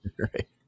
Right